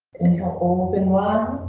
and you know open one?